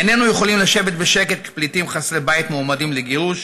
איננו יכולים לשבת בשקט כשפליטים חסרי בית מועמדים לגירוש,